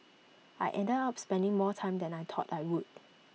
I ended up spending more time than I thought I would